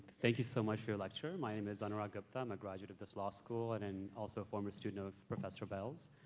thank you so much for your lecture. my name is anara gupta. i'm a graduate of this law school and and also a former student of professor bells.